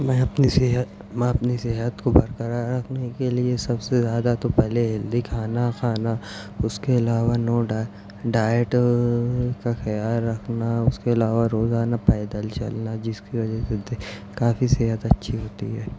میں اپنی صحت میں اپنی صحت کو برقرار رکھنے کے لیے سب سے زیادہ تو پہلے ہیلدی کھانا کھانا اس کے علاوہ نو ڈائٹ کا خیال رکھنا اس کے علاوہ روزانہ پیدل چلنا جس کی وجہ سے کافی صحت اچھی ہوتی ہے